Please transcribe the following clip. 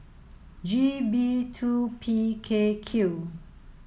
G B two P K Q